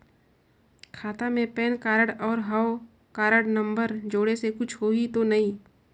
खाता मे PAN card और हव कारड नंबर जोड़े से कुछ होही तो नइ?